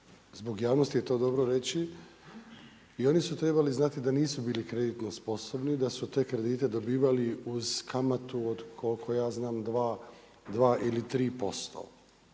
zbog javnosti je to dobro reći, i oni su trebali znati da nisu bili kreditno sposobni, da su te kredite dobivali uz kamatu od koliko ja znam, 2 ili 3%